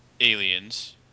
aliens